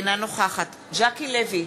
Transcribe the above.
אינה נוכחת ז'קי לוי,